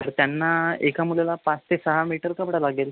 तर त्यांना एका मुलाला पाच ते सहा मीटर कपडा लागेल